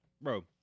bro